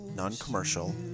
non-commercial